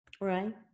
right